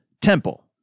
Temple